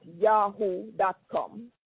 yahoo.com